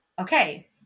Okay